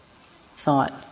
thought